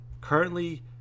Currently